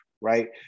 right